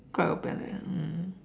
quite openly ah mm